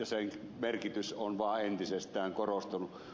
sen merkitys on vaan entisestään korostunut